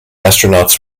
astronauts